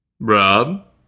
Rob